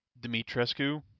Dimitrescu